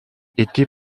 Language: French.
était